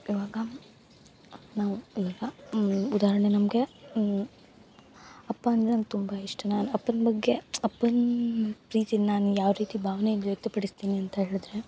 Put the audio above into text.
ಇವಾಗ ನಾವು ಈಗ ಉದಾಹರಣೆ ನಮಗೆ ಅಪ್ಪ ಅಂದರೆ ನಂಗೆ ತುಂಬ ಇಷ್ಟ ನಾನು ಅಪ್ಪನ ಬಗ್ಗೆ ಅಪ್ಪನ ಪ್ರೀತಿನ ನಾನು ಯಾವ ರೀತಿ ಭಾವ್ನೆಯಿಂದ ವ್ಯಕ್ತಪಡಿಸ್ತೀನಿ ಅಂತ ಹೇಳಿದ್ರೆ